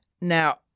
Now